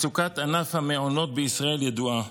מצוקת ענף המעונות בישראל ידועה.